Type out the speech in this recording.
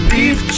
Beef